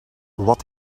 wat